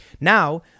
Now